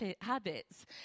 habits